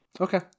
Okay